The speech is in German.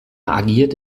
agiert